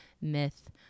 myth